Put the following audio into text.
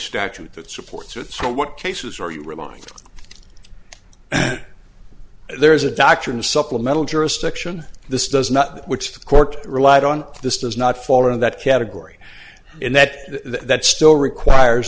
statute that supports that so what cases are you relying on there is a doctrine supplemental jurisdiction this does not which the court relied on this does not fall in that category and that that still requires